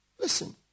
Listen